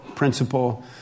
Principle